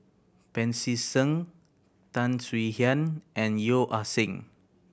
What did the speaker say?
Pancy Seng Tan Swie Hian and Yeo Ah Seng